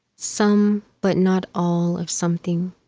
some but not all of something.